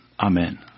Amen